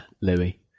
Louis